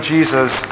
Jesus